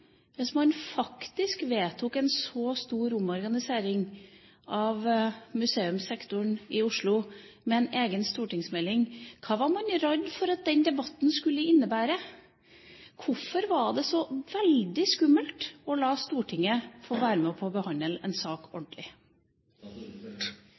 hvis man med en egen stortingsmelding faktisk vedtok en så stor omorganisering av museumssektoren i Oslo. Hva har man vært redd for at den debatten skulle innebære? Hvorfor skulle det være så veldig skummelt å la Stortinget få være med på å behandle en sak